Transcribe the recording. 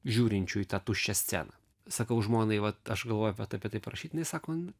žiūrinčių į tą tuščią sceną sakau žmonai vat aš galvoju apie apie tai parašyt jinai sakom nu